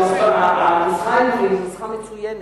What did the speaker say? הנוסחה היא נוסחה מצוינת.